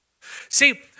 See